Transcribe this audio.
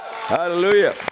Hallelujah